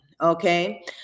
Okay